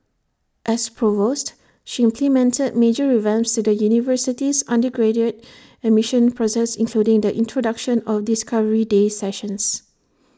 as provost she implemented major revamps to the university's undergraduate admission process including the introduction of discovery day sessions